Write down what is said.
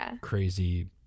crazy